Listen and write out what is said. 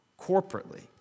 corporately